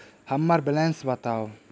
हम्मर बैलेंस बताऊ